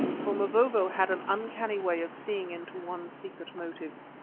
for mavovo had an uncanny way of seeing into one's secret motives,